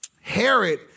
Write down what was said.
Herod